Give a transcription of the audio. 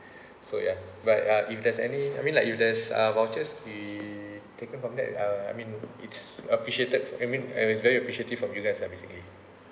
so ya but uh if there's any I mean like if there's are vouchers we taken from that uh I mean it's appreciated I mean I mean it's very appreciative from you guys lah basically